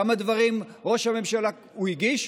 כמה דברים ראש הממשלה, הוא הגיש.